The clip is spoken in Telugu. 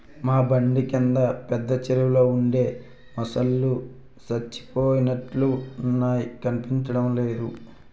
మా బండ కింద పెద్ద చెరువులో ఉండే మొసల్లు సచ్చిపోయినట్లున్నాయి కనిపించడమే లేదు